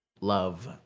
love